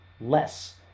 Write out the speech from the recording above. less